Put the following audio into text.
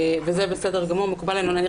זה בסדר גמור ומקובל עלינו.